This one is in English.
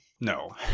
No